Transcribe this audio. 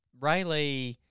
Rayleigh